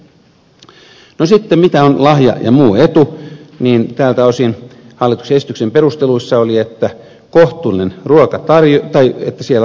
sitten tältä osin mitä on lahja ja muu etu hallituksen esityksen perusteluissa oli sitä jossain määrin pyritty kuvaamaan